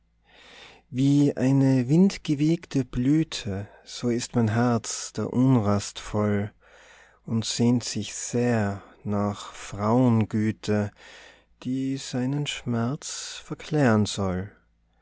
wie eine windgewiegte blüte so ist mein herz der unrast voll und sehnt sich sehr nach frauengüte die seinen schmerz verklären soll